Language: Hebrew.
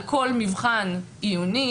על כל מבחן עיוני,